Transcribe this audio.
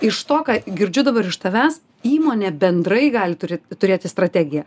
iš to ką girdžiu dabar iš tavęs įmonė bendrai gali turė turėti strategiją